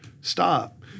stop